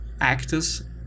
actors